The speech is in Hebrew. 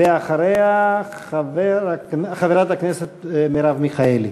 ואחריה, חברת הכנסת מרב מיכאלי.